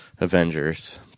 Avengers